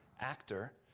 actor